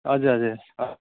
हजुर हजुर हो